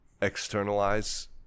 externalize